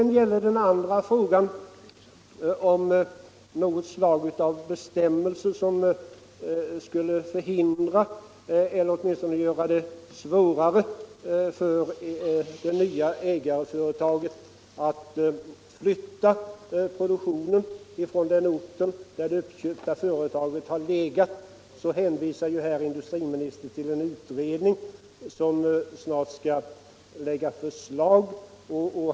När det sedan gäller frågan om något slag av bestämmelser för att hindra eller åtminstone göra det svårare för det nya ägarföretaget att flytta produktionen från den ort där det uppköpta företaget har legat hänvisar industriministern till en utredning som snart skall framlägga förslag.